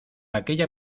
aquella